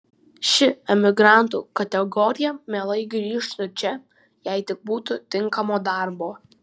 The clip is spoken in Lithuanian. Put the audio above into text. ši emigrantų kategorija mielai grįžtu čia jei tik būtų tinkamo darbo